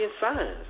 signs